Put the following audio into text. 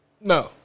No